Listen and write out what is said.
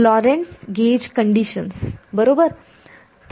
Lorentz gauge conditions बरोबर